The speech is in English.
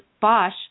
Bosch